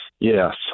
Yes